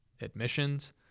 Admissions